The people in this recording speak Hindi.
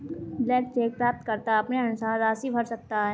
ब्लैंक चेक प्राप्तकर्ता अपने अनुसार राशि भर सकता है